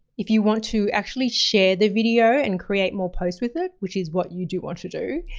if you want to actually share the video and create more posts with it, which is what you do want to do,